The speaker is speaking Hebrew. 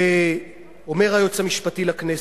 ואומר היועץ המשפטי לכנסת,